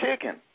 chicken